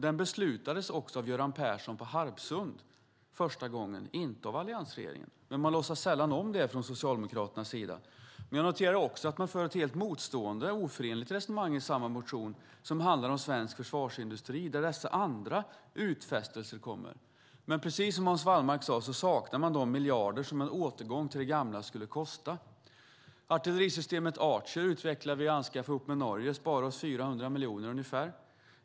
Den beslutades också av Göran Persson på Harpsund första gången, inte av alliansregeringen. Det låtsas man dock sällan om i Socialdemokraterna. Jag noterar också att man för ett helt motstående och oförenligt resonemang i samma motion, som handlar om svensk försvarsindustri där dessa andra utfästelser kommer. Men precis som Hans Wallmark sade saknar man de miljarder som en återgång till det gamla skulle kosta. Artillerisystemet Archer utvecklade och anskaffade vi ihop med Norge, vilket sparade oss ungefär 400 miljoner.